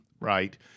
right